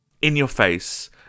in-your-face